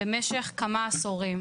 במשך כמה עשורים.